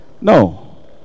No